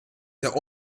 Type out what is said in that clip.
der